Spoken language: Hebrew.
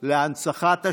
להנצחת השואה,